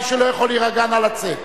מי שלא יכול להירגע, נא לצאת.